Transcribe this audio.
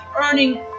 earning